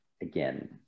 again